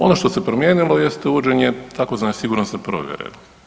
Ono što se promijenilo jeste uvođenje tzv. sigurnosne provjere.